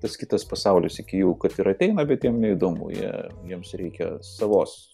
tas kitas pasaulis iki jų kad ir ateina bet jiem neįdomu jie jiems reikia savos